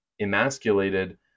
emasculated